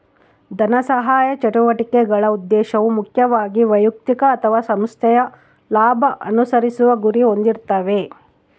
ಧನಸಹಾಯ ಚಟುವಟಿಕೆಗಳ ಉದ್ದೇಶವು ಮುಖ್ಯವಾಗಿ ವೈಯಕ್ತಿಕ ಅಥವಾ ಸಂಸ್ಥೆಯ ಲಾಭ ಅನುಸರಿಸುವ ಗುರಿ ಹೊಂದಿರ್ತಾವೆ